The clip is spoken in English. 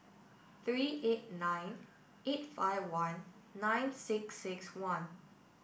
three eight nine eight five one nine six six one